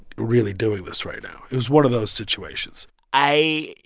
really doing this right now. it was one of those situations i